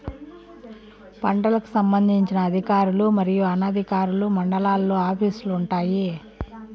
పంటలకు సంబంధించిన అధికారులు మరియు అనధికారులు మండలాల్లో ఆఫీస్ లు వుంటాయి?